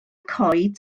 coed